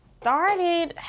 started